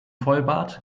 vollbart